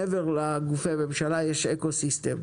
מעבר לגופי הממשלה יש אקוסיסטם.